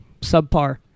subpar